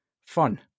fun